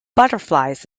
butterflies